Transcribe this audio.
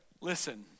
listen